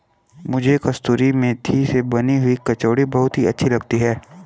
मुझे कसूरी मेथी से बनी हुई कचौड़ी बहुत अच्छी लगती है